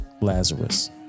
Lazarus